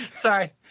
Sorry